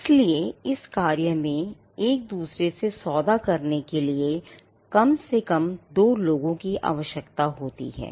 इसलिए इस कार्य में एक दूसरे से सौदा करने के लिए कम से कम दो लोगों की आवश्यकता होती है